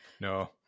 No